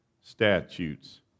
statutes